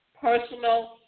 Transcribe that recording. personal